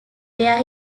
where